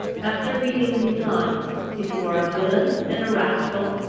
after reading these lines, if you are a villain and a rascal,